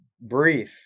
breathe